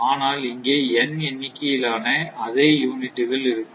ஆனால் இங்கே n எண்ணிக்கையிலான அதே யூனிட்டுகள் இருக்கும்